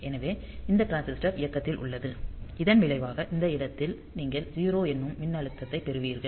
எனவே இந்த டிரான்சிஸ்டர் இயக்கத்தில் உள்ளது இதன் விளைவாக இந்த இடத்தில் நீங்கள் 0 என்னும் மின்னழுத்தத்தைப் பெறுவீர்கள்